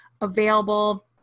available